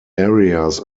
areas